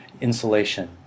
insulation